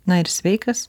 na ir sveikas